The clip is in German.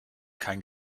kein